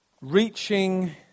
Reaching